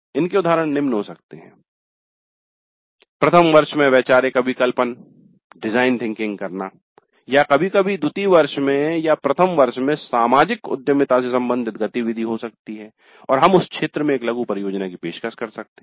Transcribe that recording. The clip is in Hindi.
इनके उदाहरण निम्न हो सकते है प्रथम वर्ष में वैचारिक अभिकल्पन डिजाईन थिंकिंग करना या कभी कभी द्वितीय वर्ष में या प्रथम वर्ष में सामाजिक उद्यमिता से संबंधित गतिविधि हो सकती है और हम उस क्षेत्र में एक लघु परियोजना की पेशकश कर सकते हैं